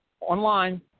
online